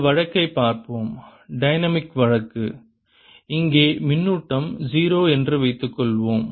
இந்த வழக்கைப் பார்ப்போம் டைனமிக் வழக்கு இங்கே மின்னூட்டம் 0 என்று வைத்துக்கொள்வோம்